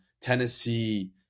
tennessee